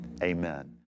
Amen